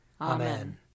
Amen